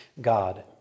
God